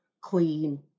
clean